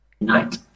night